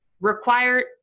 required